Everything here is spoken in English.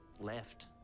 left